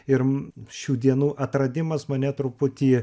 ir šių dienų atradimas mane truputį